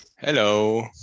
Hello